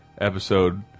episode